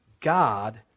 God